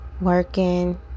working